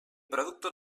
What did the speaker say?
producto